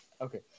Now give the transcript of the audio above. Okay